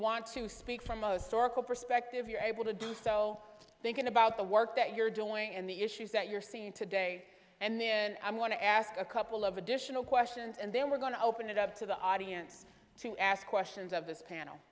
want to speak from a stork a perspective you're able to do so thinking about the work that you're doing and the issues that you're seeing today and i want to ask a couple of additional questions and then we're going to open it up to the audience to ask questions of this panel